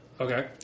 Okay